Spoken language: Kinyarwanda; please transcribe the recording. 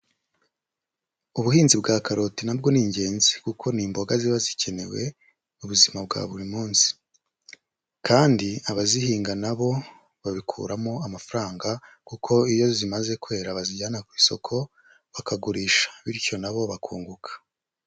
Ubuhinzi bwa karoti na bwo ni ingenzi kuko ni imboga ziba zikenewe mu buzima bwa buri munsi kandi abazihinga na bo babikuramo amafaranga kuko iyo zimaze kwera bazijyana ku isoko bakagurisha bityo nabo bakunguka.